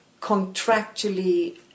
contractually